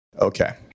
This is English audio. Okay